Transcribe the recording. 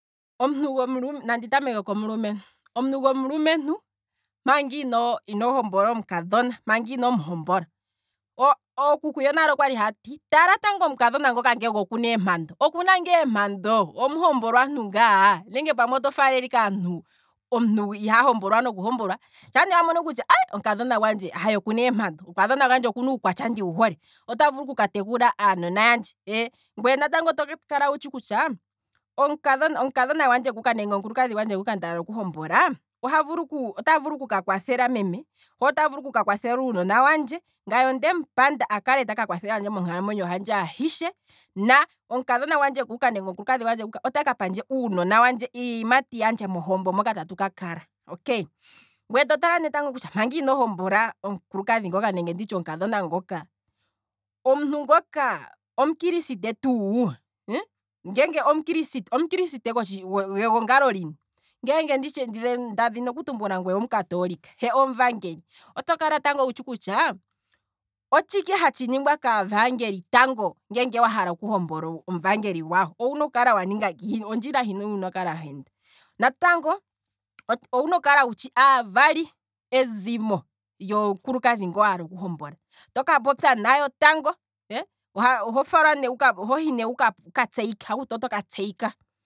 Omuntu gomulumentu. nandi tameke komulumentu, omuntu gomulumentu manga ino hombola omukadhona, manga inomu homboka, ookuku yonale okwali haati, tala tango omukadhona ngoka ngele okuna eempando, okuna ngaa empando? Omuhombolwa ntu ngaa, nenge pamwe oto faalele ike aantu omuntu iha hombolwa noku hombolwa, shaa ne wamono kutya omukadhona gwandje okuna eempando, omukadhona gwandje okuna uukwatya ndiwu hole, ota vulu oku katekula aanona yandje eee, ngweye natango to kala wutshi kutya, omukadhona gwandje nguka nenge omukulukadhi gwandje nguka ndaala oku hombola, ohavu, ota vulu okuka kwathela meme, he ota vulu okuka kwathela uunona wandje, ngaye ondemu panda aka kale ta kwathelendje monkalamwenyo handje ahishe, na omukulukadhi gwandje otaka pandje uunona wandje, iiyimati yandje mohombo moka tatu ka kala, okay, ngweye to tala ne kutya manga ino hombola omukulukadhi ngoka nenge nditye omukadhona ngoka omuntu ngoka omukriste tuu, ngeenge omukriste, omukriste gwegongalo lini, ngeenge nditye nda dhina oku tumbula ngweye omukatoolika he omuvaangeli, oto kala tango wutshi kutya otshike hatshi ningwa kaavangeli tango ngele waala oku hombola omuvaangeli gwawo, owuna okukala wa ninga ngiini, ondjila hini wuna oku kala weenda, natango owuna oku kala wutshi aavali, ezimo lyomukulukadhi ngoka waala oku hombola, toka popya nayo tango, oho falwa ne, ohohi ne wuka tseyike, ohakuti otoka tseyika